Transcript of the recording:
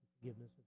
forgiveness